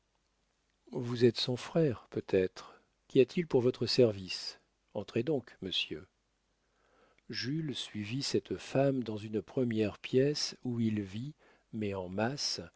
vous êtes son frère peut-être qu'y a-t-il pour votre service entrez donc monsieur jules suivit cette femme dans une première pièce où il vit mais en masse